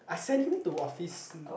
I sent him to office